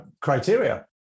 criteria